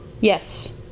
Yes